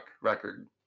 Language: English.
record